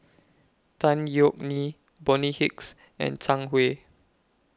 Tan Yeok Nee Bonny Hicks and Zhang Hui